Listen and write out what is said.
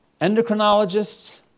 endocrinologists